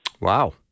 Wow